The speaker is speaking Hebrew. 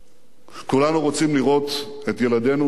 כולנו רוצים לראות את ילדינו ונכדינו